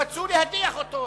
רצו להדיח אותו.